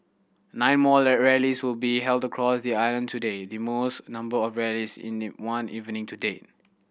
nine more rallies will be held across the island today the most number of rallies in the one evening to date